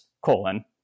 colon